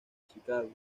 chicago